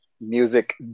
music